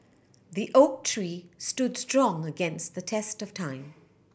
the oak tree stood strong against the test of time